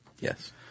Yes